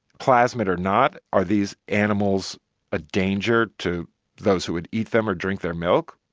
plasmid or not, are these animals a danger to those who would eat them or drink their milk?